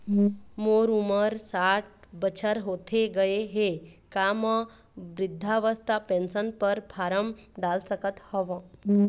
मोर उमर साठ बछर होथे गए हे का म वृद्धावस्था पेंशन पर फार्म डाल सकत हंव?